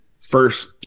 first